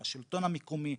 השלטון המקומי,